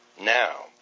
now